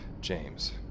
James